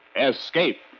Escape